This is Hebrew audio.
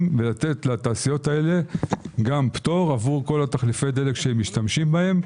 ולתת לתעשיות הללו פטור עבור תחליפי הדלק שמשתמשים בהם